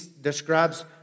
describes